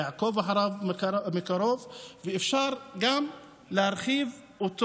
לעקוב אחריו מקרוב ואפשר גם להרחיב אותו,